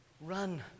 Run